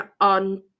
on